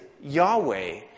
Yahweh